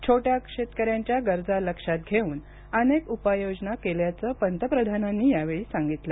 छोट्या शेतकऱ्यांच्या गरजा लक्षात घेऊन अनेक उपाययोजना केल्याचं पंतप्रधानांनी यावेळी सांगितलं